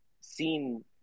seen